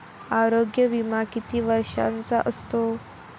आरोग्य विमा किती वर्षांचा असतो?